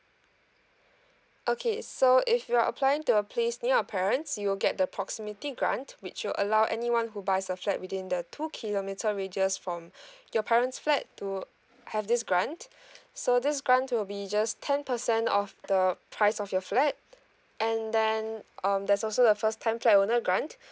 okay so if you're applying to a place near your parents you'll get the proximity grant which will allow anyone who buys a flat within the two kilometre radius from your parent's flat to have this grant so this grant will be just ten percent of the price of your flat and then um there's also the first time flat owner grant